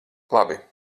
labi